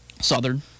Southern